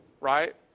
right